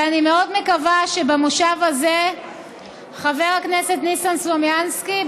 ואני מאוד מקווה שבמושב הזה חבר הכנסת ניסן סלומינסקי,